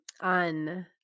on